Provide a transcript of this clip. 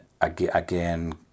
again